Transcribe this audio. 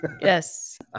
yes